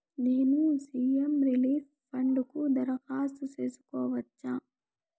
నేను CM relief fund కు దరఖాస్తు సేసుకోవచ్చా?